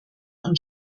und